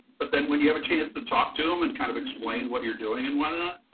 but then when you have a chance to talk to him and kind of explain what you're doing and whatnot,